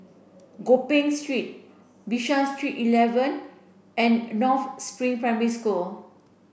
Gopeng Street Bishan Street eleven and North Spring Primary School